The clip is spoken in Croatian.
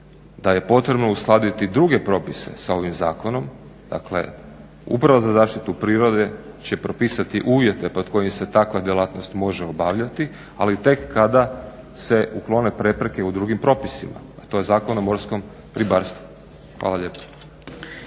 da je potrebno uskladiti druge propise sa ovim zakonom dakle upravo za zaštitu prirode će propisati uvjete pod kojim se takva djelatnost može obavljati ali tek kada se uklone prepreke u drugim propisima, a to je Zakon o morskom ribarstvu. Hvala lijepo.